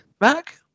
Mac